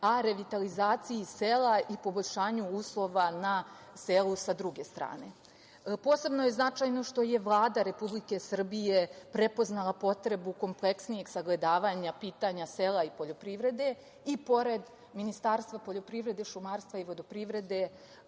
a revitalizaciji sela i poboljšanju uslova na selu sa druge strane. Posebno je značajno što je Vlada Republike Srbije prepoznala potrebu kompleksnijeg sagledavanja pitanja sela i poljoprivrede i pored Ministarstva poljoprivrede, šumarstva i vodoprivrede